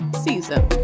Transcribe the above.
season